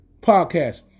Podcast